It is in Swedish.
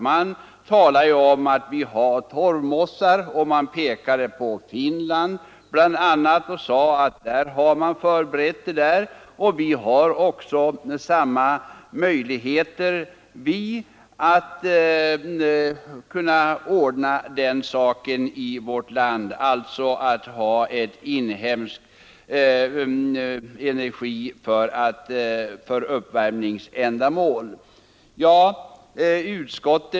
Man talade om att vi har våra torvmossar, och man pekade bl.a. på Finland som förberett sig för torvanvändning. Vi har i vårt land samma möjligheter att använda inhemsk energi för uppvärmningsändamål.